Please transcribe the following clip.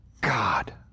God